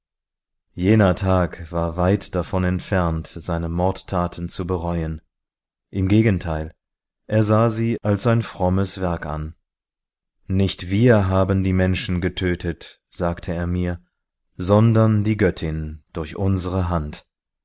jener thag war weit davon entfernt seine mordtaten zu bereuen im gegenteil er sah sie als ein frommes werk an nicht wir haben die menschen getötet sagte er mir sondern die göttin durch unsere hand